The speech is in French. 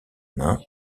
nain